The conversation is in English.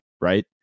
right